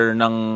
ng